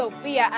Sophia